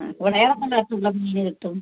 ഏതൊക്കെ തരത്തിലുള്ള മീൻ കിട്ടും